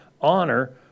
honor